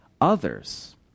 others